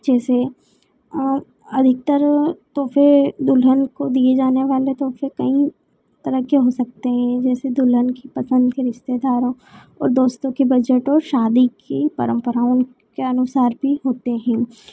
अच्छे से और अधिकतर तोहफे दुल्हन को दिए जाने वाले तोहफे कई तरह के हो सकते है जैसे कि दुल्हन के पसंद के रिश्तेदारों और दोस्तों के बजट हो शादी की परम्पराओं के अनुसार भी होते हैं